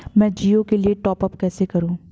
मैं जिओ के लिए टॉप अप कैसे करूँ?